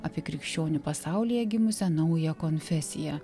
apie krikščionių pasaulyje gimusią naują konfesiją